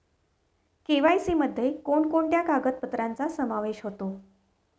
KYC मध्ये कोणकोणत्या कागदपत्रांचा समावेश होतो?